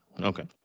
Okay